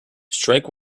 strike